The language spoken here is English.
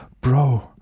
bro